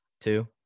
Two